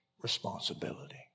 responsibility